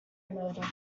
murder